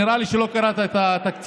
נראה לי שלא קראת את התקציב.